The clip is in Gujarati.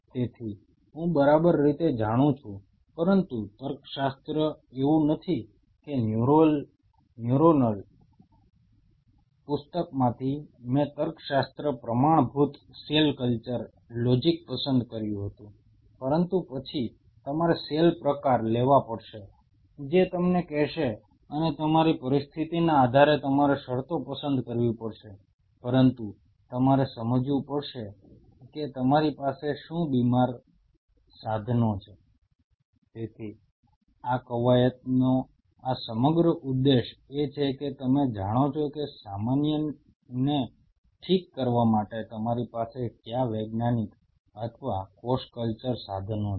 તેથી હું બરાબર રીતે જાણું છું પરંતુ તર્કશાસ્ત્ર એવું નથી કે ન્યુરોનલ પુસ્તકમાંથી મેં તર્કશાસ્ત્ર પ્રમાણભૂત સેલ કલ્ચર લોજિક પસંદ કર્યું હતું પરંતુ પછી તમારે સેલ પ્રકાર લેવો પડશે જે તમને કહેશે અને તમારી પરિસ્થિતિના આધારે તમારે શરતો પસંદ કરવી પડશે પરંતુ તમારે સમજવું પડશે કે તમારી પાસે શું બીમાર સાધનો છે તેથી આ કવાયતનો આ સમગ્ર ઉદ્દેશ એ છે કે તમે જાણો છો કે સમસ્યાને ઠીક કરવા માટે તમારી પાસે કયા વૈજ્ઞાનિક અથવા કોષ કલ્ચર સાધનો છે